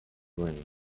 rain